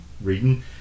reading